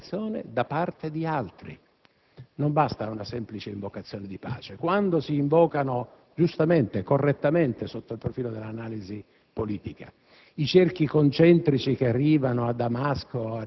la ragione di strumentalizzazione da parte di altri. Non basta una semplice invocazione di pace. Quando si invoca - correttamente, sotto il profilo dell'analisi politica